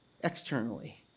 externally